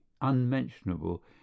unmentionable